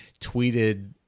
tweeted